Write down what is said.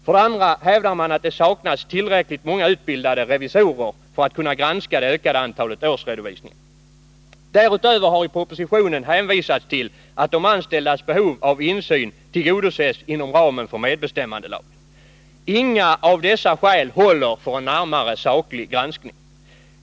För det andra hävdar man att det saknas tillräckligt många utbildade revisorer för att granska det ökade antalet årsredovisningar. Därutöver har i propositionen hänvisats till att de anställdas behov av insyn tillgodoses inom ramen för medbestämmandelagen. Inga av dessa skäl håller för en närmare saklig granskning.